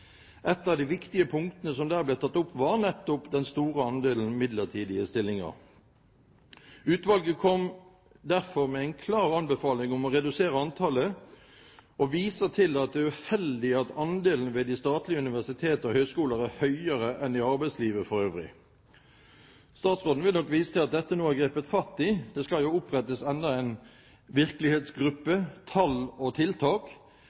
Et av de viktige punktene som der ble tatt opp, var nettopp den store andelen midlertidige stillinger. Utvalget kom derfor med en klar anbefaling om å redusere antallet og viser til at det er uheldig at andelen ved de statlige universiteter og høyskoler er høyere enn i arbeidslivet for øvrig. Statsråden vil nok vise til at det nå er grepet fatt i dette, det skal jo opprettes enda en virkelighetsgruppe – «Tall og tiltak»